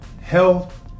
health